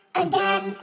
again